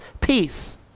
peace